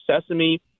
Sesame